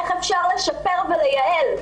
איך אפשר לשפר ולייעל,